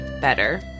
better